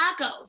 tacos